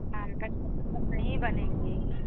हाँ कस्टमर सब नहीं बनेंगे